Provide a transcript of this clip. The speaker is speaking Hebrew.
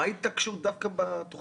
מה ההתעקשות דווקא על התוכנה הזו?